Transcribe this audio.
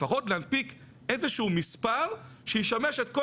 לפחות להנפיק איזה שהוא מספר שישמש את כל